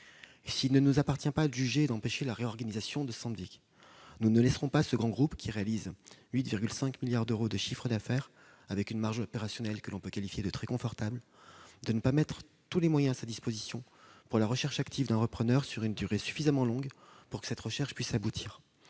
S'il ne nous appartient pas de juger et d'empêcher la réorganisation de Sandvik, nous ne laisserons pas ce grand groupe, qui réalise 8,5 milliards d'euros de chiffre d'affaires, avec une marge opérationnelle que l'on peut qualifier de très confortable, ne pas consacrer tous les moyens à sa disposition à la recherche active d'un repreneur, sur une durée suffisamment longue pour que cette recherche puisse aboutir.